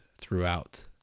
throughout